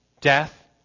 death